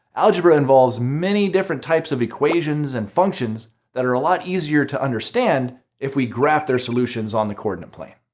algebra involves many different types of equations and functions that are a lot easier to understand if we graph their solutions on the coordinate plane.